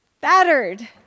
battered